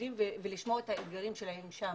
שעובדים ולשמוע את האתגרים שלהם שם.